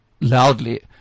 loudly